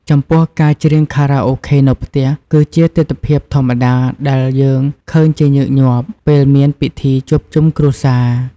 ចំពោះ ការច្រៀងខារ៉ាអូខេនៅផ្ទះ គឺជាទិដ្ឋភាពធម្មតាដែលយើងឃើញជាញឹកញាប់ ពេលមានពិធីជួបជុំគ្រួសារ។